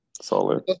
solid